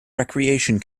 recreation